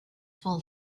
full